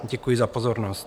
Děkuji za pozornost.